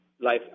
life